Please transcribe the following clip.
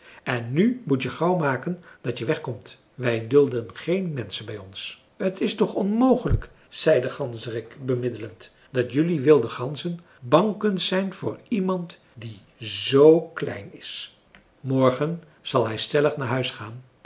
en nu moet je gauw maken dat je wegkomt wij dulden geen menschen bij ons t is toch onmogelijk zei de ganzerik bemiddelend dat jelui wilde ganzen bang kunt zijn voor iemand die z klein is morgen zal hij stellig naar huis gaan